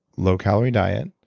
low calorie diet.